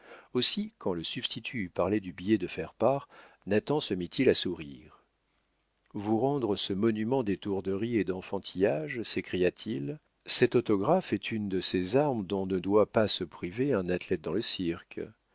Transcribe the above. aussi quand le substitut eut parlé du billet de faire part nathan se mit il à sourire vous rendre ce monument d'étourderie et d'enfantillage s'écria-t-il cet autographe est une de ces armes dont ne doit pas se priver un athlète dans le cirque